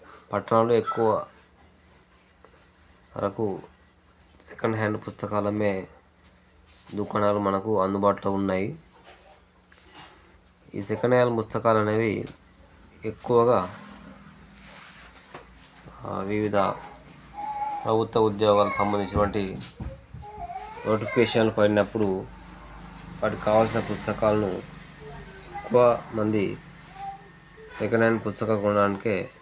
పట్టణాల్లో ఎక్కువ మనకు సెకండ్ హ్యాండ్ పుస్తకాలమ్మే దుకాణాలు మనకు అందుబాటులో ఉన్నాయి ఈ సెకండ్ హ్యాండ్ పుస్తకాలు అనేవి ఎక్కువగా వివిధ ప్రభుత్వ ఉద్యోగాలకు సంబంధించినటువంటి నోటిఫికేషన్లు పడినప్పుడు వాటికి కావాల్సిన పుస్తకాలను ఎక్కువ మంది సెకండ్ హ్యాండ్ పుస్తకాలను కొనడానికే